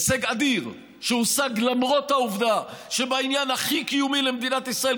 הישג אדיר שהושג למרות העובדה שבעניין הכי קיומי למדינת ישראל,